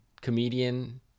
comedian